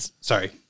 sorry